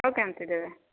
ଆଉ କେମିତି ଦେବେ